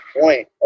point